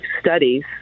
studies